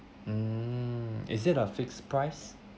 um is it a fixed price